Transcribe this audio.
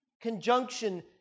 conjunction